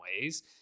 ways